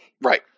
Right